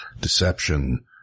deception